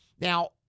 Now